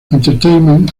entertainment